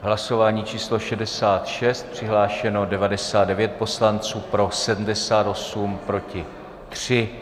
Hlasování číslo 66, přihlášeno 99 poslanců, pro 78, proti 3.